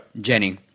Jenny